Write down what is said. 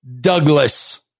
Douglas